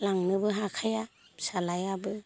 लांनोबो हाखाया फिसाज्लायाबो